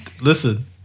Listen